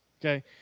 okay